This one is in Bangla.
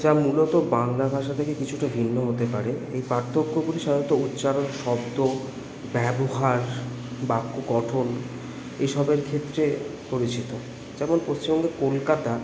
যা মূলত বাংলা ভাষা থেকে কিছুটা ভিন্ন হতে পারে এই পার্থক্যগুলি সাধারণত উচ্চারণ শব্দ ব্যবহার বাক্য গঠন এসবের ক্ষেত্রে পরিচিত যেমন পশ্চিমবঙ্গে কলকাতা